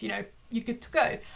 you know, you're good to go.